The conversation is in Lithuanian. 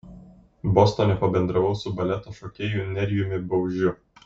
bostone pabendravau su baleto šokėju nerijumi baužiu